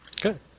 Good